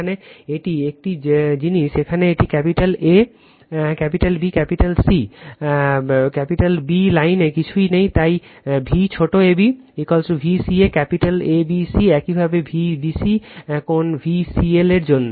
এখানে এটি একই জিনিস এখানে এটি capital A capital B capital A capital B লাইনে কিছুই নেই তাই V ছোট ab Vca ক্যাপিটাল ABC একইভাবে Vbc কোণ VCL এর জন্য